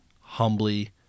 humbly